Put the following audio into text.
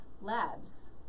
labs